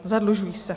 Zadlužují se!